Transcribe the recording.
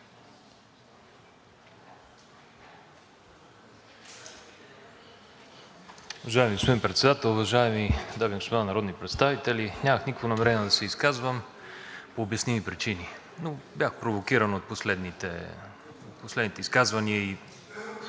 Уважаеми господин Председател, уважаеми дами и господа народни представители! Нямах никакво намерение да се изказвам по обясними причини, но бях провокиран от последните изказвания и